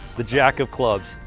the jack of clubs.